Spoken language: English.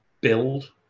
build